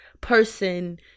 person